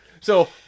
So-